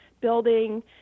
building